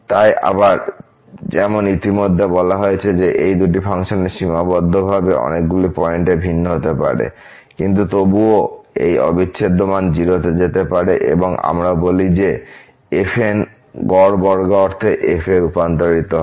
তাই আবার যেমন ইতিমধ্যে বলা হয়েছে যে এই দুটি ফাংশন সীমাবদ্ধভাবে অনেকগুলি পয়েন্টে ভিন্ন হতে পারে কিন্তু তবুও এই অবিচ্ছেদ্য মান 0 তে যেতে পারে এবং আমরা বলি যে fn গড় বর্গ অর্থে f এ রূপান্তরিত হয়